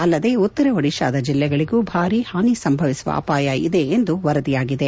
ಅಲ್ಲದೆ ಉತ್ತರ ಒಡಿಶಾದ ಜಿಲ್ಲೆಗಳಿಗೂ ಭಾರಿ ಹಾನಿ ಸಂಭವಿಸುವ ಅಪಾಯ ಇದೆ ಎಂದು ವರದಿಯಾಗಿದೆ